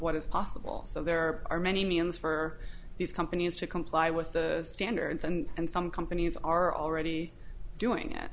what is possible so there are many means for these companies to comply with the standards and some companies are already doing it